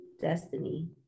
destiny